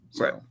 Right